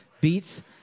beats